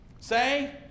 say